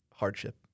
hardship